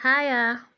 Hiya